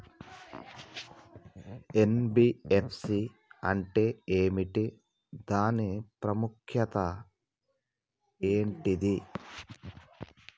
NBFC అంటే ఏమిటి దాని ప్రాముఖ్యత ఏంటిది?